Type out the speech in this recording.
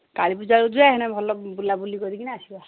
କାଳୀ ପୂଜା ବେଳକୁ ଯିବା ଏଣେ ଭଲ ବୁଲା ବୁଲି କରି କିନା ଆସିବା